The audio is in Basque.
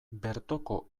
bertoko